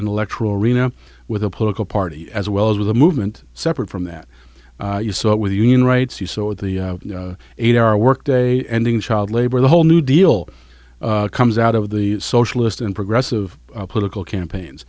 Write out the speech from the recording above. intellectual arena with a political party as well as with a movement separate from that you saw it with union rights you saw at the eight hour workday ending child labor the whole new deal comes out of the socialist and progressive political campaigns